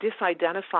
disidentify